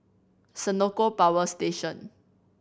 Senoko Power Station